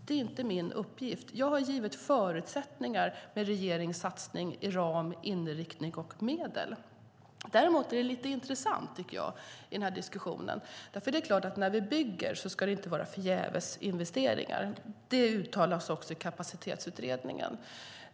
Det är inte min uppgift. Jag har givit förutsättningar för regeringens satsning i ram, inriktning och medel. Däremot finns det något som jag tycker är lite intressant i diskussionen. När vi bygger är det klart att det inte ska vara förgävesinvesteringar. Det uttalas också i Kapacitetsutredningen.